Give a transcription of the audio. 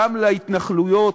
גם להתנחלויות,